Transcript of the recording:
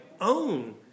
own